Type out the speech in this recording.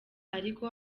ariko